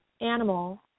animal